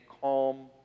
calm